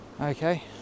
Okay